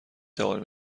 توانیم